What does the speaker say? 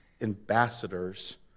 ambassadors